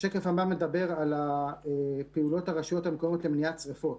מדבר על פעילויות הרשויות המקומיות למניעת שרפות.